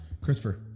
Christopher